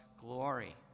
glory